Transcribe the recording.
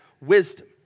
wisdom